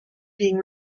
being